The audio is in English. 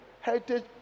Heritage